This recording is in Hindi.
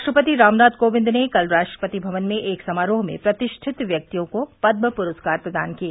राष्ट्रपति रामनाथ कोविंद ने कल राष्ट्रपति भवन में एक समारोह में प्रतिष्ठित व्यक्तियों को पदम प्रस्कार प्रदान किए